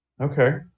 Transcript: Okay